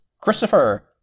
Christopher